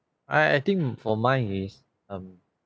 I I think for mine is um